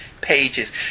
pages